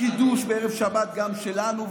הקידוש בערב שבת גם שלנו,